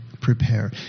prepare